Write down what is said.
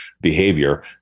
behavior